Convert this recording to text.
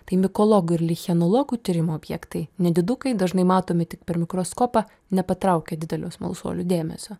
tai mikologų ir lichienologų tyrimų objektai nedidukai dažnai matomi tik per mikroskopą nepatraukia didelio smalsuolių dėmesio